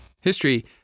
History